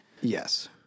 Yes